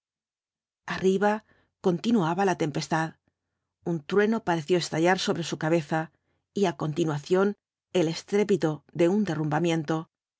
arriba continuaba la tempestad un trueno pareció estallar sobre su cabeza y á continuación el estrépito de un derrumbamiento